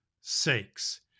sakes